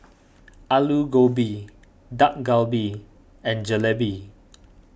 Alu Gobi Dak Galbi and Jalebi